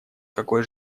какой